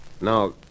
Now